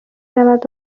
رود